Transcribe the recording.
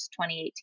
2018